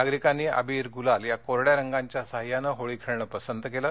नागरिकांनी अबीर गुलाल या कोरड्या रंगांच्या साद्यानं होळी खेळणं पसंत केलं